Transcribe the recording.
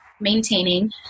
maintaining